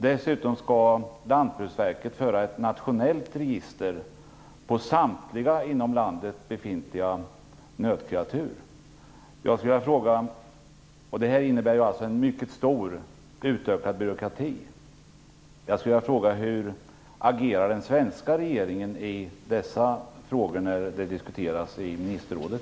Dessutom skall Lantbruksverket föra ett nationellt register över samtliga inom landet befintliga nötkreatur. Detta innebär en mycket stor och utökad byråkrati. Jag skulle vilja fråga hur den svenska regeringen agerar i dessa frågor när de diskuteras i ministerrådet.